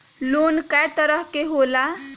Loan कय तरह के होला?